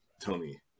Tony